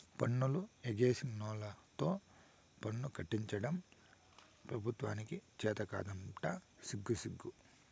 పన్నులు ఎగేసినోల్లతో పన్నులు కట్టించడం పెబుత్వానికి చేతకాదంట సిగ్గుసిగ్గు